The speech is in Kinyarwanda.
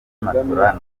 matola